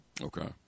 Okay